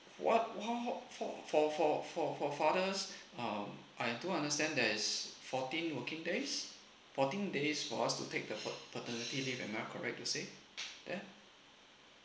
what what for for for for for fathers um I don't understand there is fourteen working days fourteen days for us to take the pat~ paternity leave am I correct to say ya